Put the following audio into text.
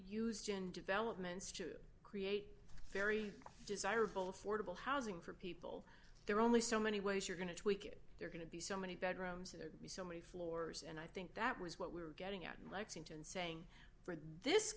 used in developments to create very desirable affordable housing for people there are only so many ways you're going to tweak it they're going to be so many bedrooms or so many floors and i think that was what we were getting at in lexington saying for this